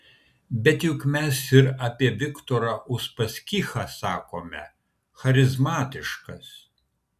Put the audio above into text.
bet juk mes ir apie viktorą uspaskichą sakome charizmatiškas